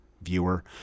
Viewer